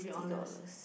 sixty dollars